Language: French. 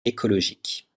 écologique